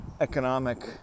economic